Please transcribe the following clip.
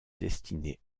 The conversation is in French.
destiné